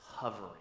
hovering